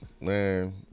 man